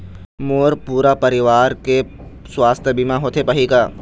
मोर पूरा परवार के सुवास्थ बीमा होथे पाही का?